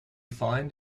find